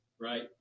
right